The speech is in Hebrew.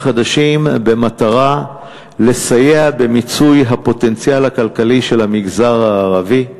חדשים במטרה לסייע במיצוי הפוטנציאל הכלכלי של המגזר הערבי.